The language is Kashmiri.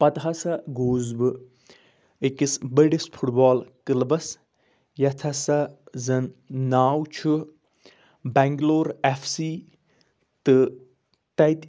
پَتہٕ ہَسا گوس بہٕ أکِس بٔڈِس فُٹ بال کٕلبَس یَتھ ہَسا زَن ناو چھُ بنگلور اٮ۪ف سی تہٕ تَتہِ